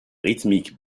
rythmique